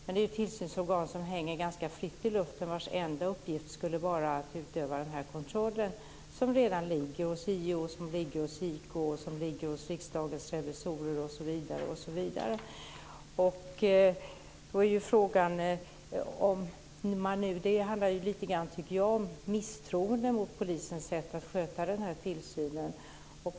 Det är ett tillsynsorgan som hänger ganska fritt luften och vars enda uppgift skulle vara att utöva den kontroll som redan ligger hos JO, JK, Riksdagens revisorer, osv. Jag tycker att det lite grann handlar om misstroende mot polisens sätt att sköta tillsynen.